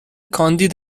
کاندید